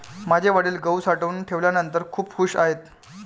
माझे वडील गहू साठवून ठेवल्यानंतर खूप खूश आहेत